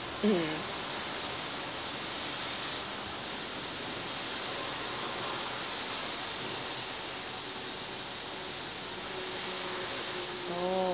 mm oh